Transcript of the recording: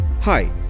Hi